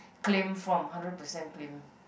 claim form hundred percent claim